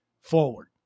Forward